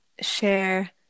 share